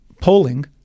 polling